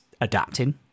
adapting